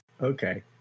Okay